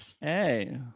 Hey